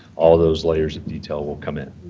all those layers of detail will come in.